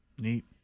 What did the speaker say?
Neat